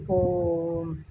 இப்போது